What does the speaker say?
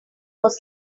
was